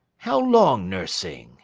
how long nursing